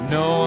no